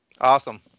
Awesome